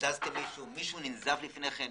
מישהו ננזף לפני כן?